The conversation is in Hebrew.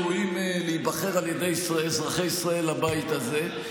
ראויים להיבחר על ידי אזרחי ישראל לבית הזה.